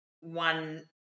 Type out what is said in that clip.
one